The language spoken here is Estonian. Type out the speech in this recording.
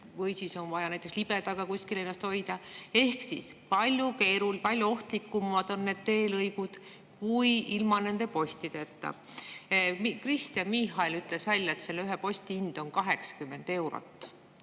või siis, kui on vaja libedaga kuskile ennast hoida. Ehk siis palju ohtlikumad on need teelõigud [nüüd] kui ilma nende postideta. Kristen Michal ütles välja, et ühe posti hind on 80 eurot.